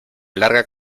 larga